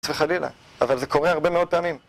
חס וחלילה, אבל זה קורה הרבה מאוד פעמים